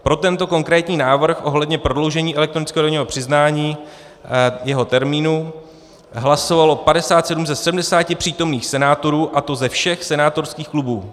Pro tento konkrétní návrh ohledně prodloužení elektronického daňového přiznání, jeho termínu, hlasovalo 57 ze 70 přítomných senátorů, a to ze všech senátorských klubů.